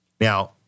Now